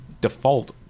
default